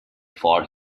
for